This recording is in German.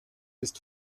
ist